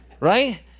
Right